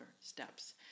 steps